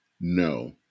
No